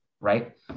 right